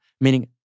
Meaning